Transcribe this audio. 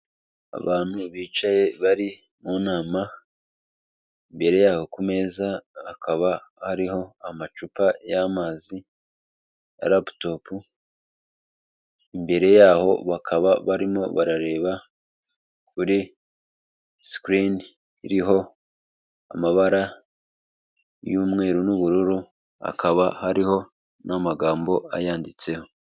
Abantu bicaye bari mu nama imbere yaho ku meza hakaba hariho amacupa y'amazi ya laputopu imbere yaho bakaba barimo barareba kuri sikirini iriho amabara y'umweru n'ubururu hakaba hariho n'amagambo ayanditseho.